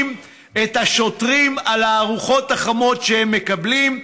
את השוטרים על הארוחות החמות שהם מקבלים,